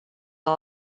all